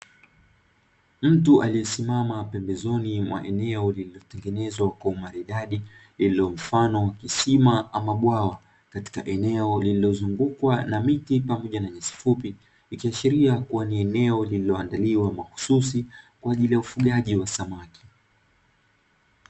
Mtu aliyesimama pembzoni mwa eneo lililotengenezwa kwa umaridadi, lililo mfano wa kisima ama bwawa, katika eneo lililozungukwa na miti pamoja na nyasi fupi, ikiashiria kuwa ni eneo lililoandaliwa mahususi, kwa ajili ya ufugaji wa samaki.